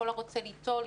כל הרוצה ליטול,